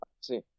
see